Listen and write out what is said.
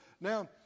Now